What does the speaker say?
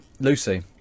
lucy